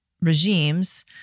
regimes